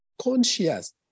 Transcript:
conscious